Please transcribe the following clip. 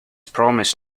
promised